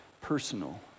personal